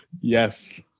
yes